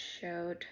showed